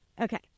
Okay